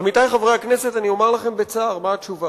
עמיתי חברי הכנסת, אני אומר לכם בצער מה התשובה,